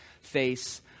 face